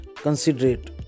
Considerate